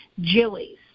Jilly's